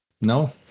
no